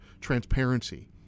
transparency